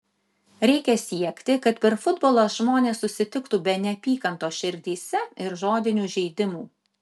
reikia siekti kad per futbolą žmonės susitiktų be neapykantos širdyse ir žodinių žeidimų